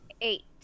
eight